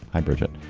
hi brigitte.